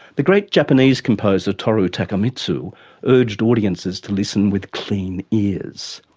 the great japanese composer toru takemitsu urged audiences to listen with clean ears.